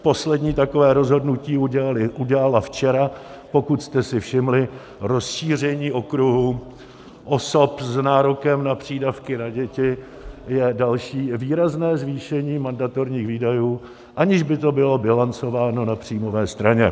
Poslední takové rozhodnutí udělala včera, pokud jste si všimli, rozšíření okruhu osob s nárokem na přídavky na děti je další výrazné zvýšení mandatorních výdajů, aniž by to bylo bilancováno na příjmové straně.